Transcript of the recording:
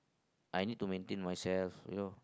I need to maintain myself you know